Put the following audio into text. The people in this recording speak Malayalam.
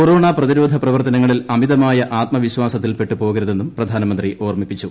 കൊറോണ പ്രതിരോധ പ്രവർത്തനങ്ങളിൽ അമിതമായ ആത്മവിശ്വാസത്തിൽപെട്ടുപോകരുതെന്നും പ്രധാനമന്ത്രി ഓർമ്മിപ്പിച്ചു